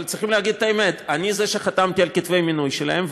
אבל צריכים להגיד את האמת: אני חתמתי על כתבי המינוי שלהם,